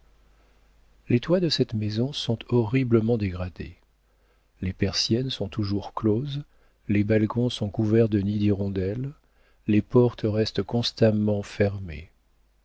les toits de cette maison sont horriblement dégradés les persiennes sont toujours closes les balcons sont couverts de nids d'hirondelles les portes restent constamment fermées